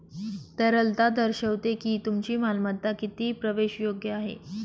तरलता दर्शवते की तुमची मालमत्ता किती प्रवेशयोग्य आहे